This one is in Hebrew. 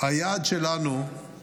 היעד שלנו הוא